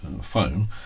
phone